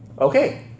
Okay